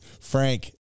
Frank